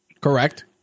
Correct